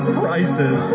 prices